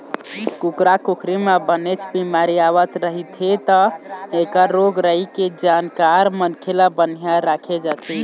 कुकरा कुकरी म बनेच बिमारी आवत रहिथे त एखर रोग राई के जानकार मनखे ल बनिहार राखे जाथे